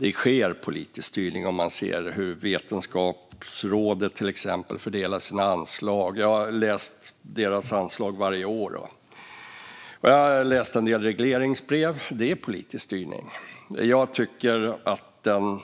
Det sker en politisk styrning om man till exempel ser på hur Vetenskapsrådet fördelar sina anslag. Jag har läst om deras anslag varje år, och jag har läst en del regleringsbrev. Det finns en politisk styrning. Jag tycker att den